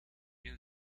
new